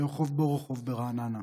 ברחוב בורוכוב ברעננה.